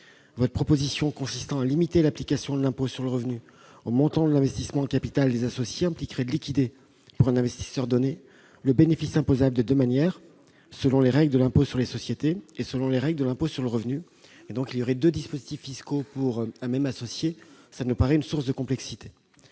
Votre proposition consistant à limiter l'application de l'impôt sur le revenu au montant de l'investissement en capital des associés impliquerait de liquider, pour un investisseur donné, le bénéfice imposable, à la fois selon les règles de l'impôt sur les sociétés et selon les règles de l'impôt sur le revenu. Il y aurait donc deux dispositifs fiscaux pour un même associé, ce qui nous paraît constituer une source de complexité.